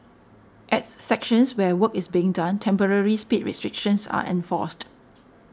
at sections where work is being done temporary speed restrictions are enforced